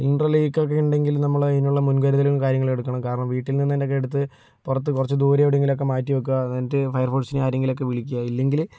cylinder ലീക്കൊക്കെ ഉണ്ടെങ്കിൽ നമ്മളതിനുള്ള മുൻകരുതലും കാര്യങ്ങളും എടുക്കണം കാരണം വീട്ടിൽ എടുത്ത് പുറത്ത് കുറച്ചു ദൂരെ എവിടെയെങ്കിലുമൊക്കെ മാറ്റി വയ്ക്കുക എന്നിട്ട് ഫയർ ഫോഴ്സിനെയോ ആരെങ്കിലൊക്കെ വിളിക്കുക ഇല്ലെങ്കില്